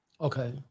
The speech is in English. Okay